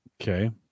Okay